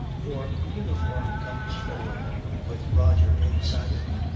or the uniform comes forward with roger inside it.